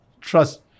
trust